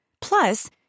Plus